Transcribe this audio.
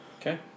Okay